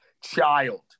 child